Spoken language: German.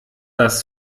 dass